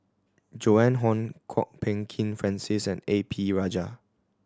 Joan Hon Kwok Peng Kin Francis and A P Rajah